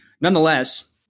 nonetheless